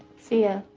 see ya